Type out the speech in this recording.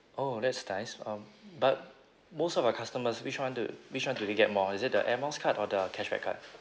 oh that's nice um but most of your customers which one do which one do they get more is it the air miles card or the cashback card